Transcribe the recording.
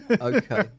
okay